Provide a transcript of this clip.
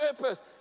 purpose